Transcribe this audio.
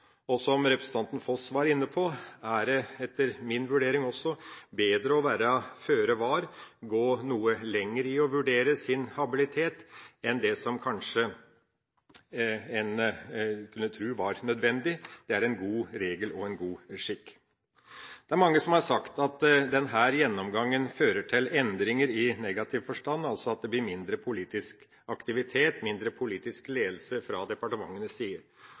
Representanten Foss var inne på, og det er også min vurdering, at det er bedre å være føre var og gå noe lengre i å vurdere sin habilitet enn det som man kanskje kunne tro var nødvendig. Det er en god regel og en god skikk. Det er mange som har sagt at denne gjennomgangen fører til endringer i negativ forstand, altså at det blir mindre politisk aktivitet og mindre politisk ledelse fra